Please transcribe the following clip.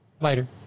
Later